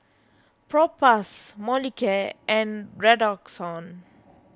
Propass Molicare and Redoxon